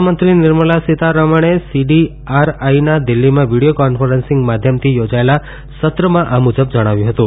નાણામંત્રી નીર્મલા સીતારમણે સીડીઆરઆઇના દિલ્હીમાં વિડીયો કોન્ફરન્સીંગ માધ્યમથી યોજાયેલા સત્રમાં આ મુજબ જણાવ્યું હતું